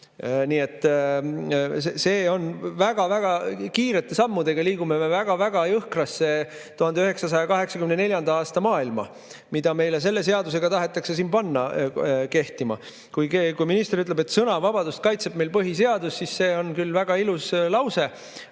Nii et väga-väga kiirete sammudega liigume me väga-väga jõhkrasse 1984. aasta maailma, mis meil selle seadusega tahetakse kehtima panna. Kui minister ütleb, et sõnavabadust kaitseb meil põhiseadus, siis see on küll väga ilus lause,